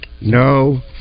No